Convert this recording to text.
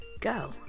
go